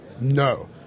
No